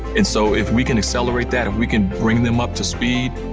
and so if we can accelerate that, if we can bring them up to speed,